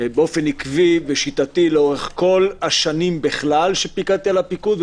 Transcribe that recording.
באופן עקבי ושיטתי לאורך כל השנים בכלל שפיקדתי על הפיקוד,